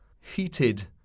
heated